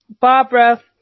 Barbara